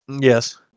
Yes